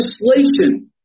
Legislation